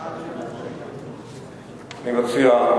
מה אדוני מציע?